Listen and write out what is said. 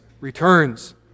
returns